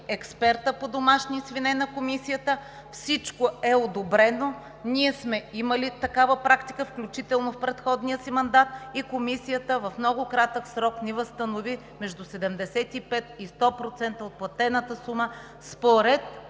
експертът по домашни свине, на Комисията, всичко е одобрено. Ние сме имали такава практика, включително в предходния си мандат, и Комисията в много кратък срок ни възстанови между 75 и 100% от платената сума според